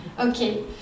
Okay